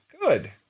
good